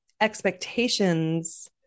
expectations